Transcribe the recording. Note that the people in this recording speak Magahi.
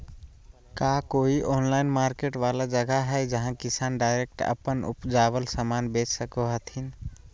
का कोई ऑनलाइन मार्केट वाला जगह हइ जहां किसान डायरेक्ट अप्पन उपजावल समान बेच सको हथीन?